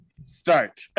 start